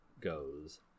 goes